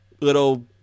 little